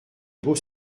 beau